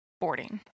boarding